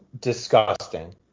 disgusting